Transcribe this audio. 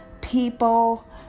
people